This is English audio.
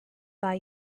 buy